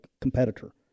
competitor